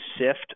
sift